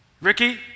Ricky